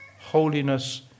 holiness